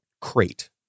crate